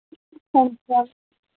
हांजी मैम